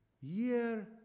year